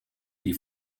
die